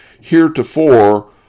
heretofore